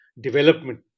development